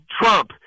Trump